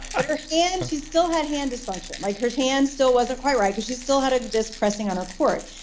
but her hand, she still had hand dysfunction. like her hand still wasn't quite right because she still had a disc pressing on her cord.